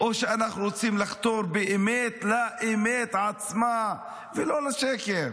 או שאנחנו רוצים לחתור באמת לאמת עצמה ולא לשקר.